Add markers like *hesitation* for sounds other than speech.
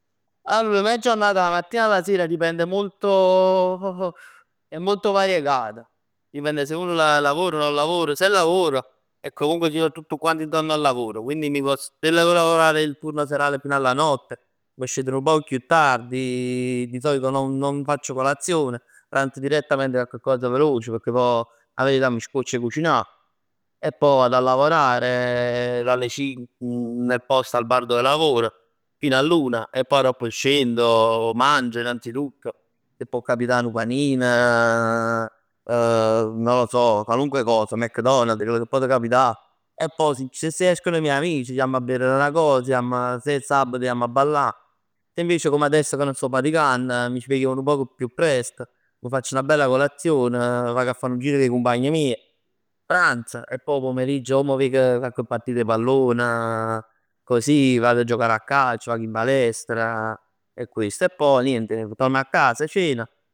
Allor la mia giornata dalla mattina alla sera dipende molto, è molto variegata. Dipende se uno lavora o non lavora. Se lavora, è comunque gira tutto quanto intorno al lavoro quindi mi posso mettere a lavorare il turno serale fino alla notte, m' scet nu poc chiù tardi. Di solito nun facc colazione, pranz direttamente coccos veloce pecchè pò 'a verità m' scocc 'e cucinà. E poi vado a lavorare dalle cinque, *hesitation* nel posto al bar dove lavoro fino all'una e poi aropp scendo, mangio innanzitutto. Che pò capità 'nu panin, non lo so, qualunque cosa McDonald, chell ch' pote capità e poj se s'escono i miei amici jamm a bevere 'na cos, jamm se è il sabato jamm 'a ballà. Se invece come adesso ca nun sto faticann, m' svegl nu poc chiù presto, m' facc 'na bella colazione, vag 'a fa nu gir co 'e cumpagn mij, pranzo e poj 'o pomerigg o m' veg cocc partit 'e pallon, *hesitation* così, vado a giocare a calcio, vado in palestra e questo. E poj niente torno a casa, ceno